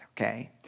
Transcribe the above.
okay